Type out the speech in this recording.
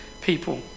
people